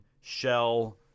Shell